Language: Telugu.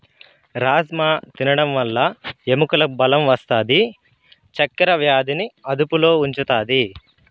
రాజ్మ తినడం వల్ల ఎముకలకు బలం వస్తాది, చక్కర వ్యాధిని అదుపులో ఉంచుతాది